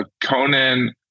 Conan